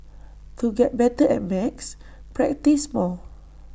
to get better at maths practise more